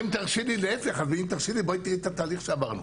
אם תרשי לי, בואי תראי את התהליך שעברנו.